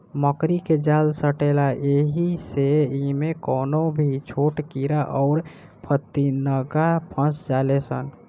मकड़ी के जाल सटेला ऐही से इमे कवनो भी छोट कीड़ा अउर फतीनगा फस जाले सा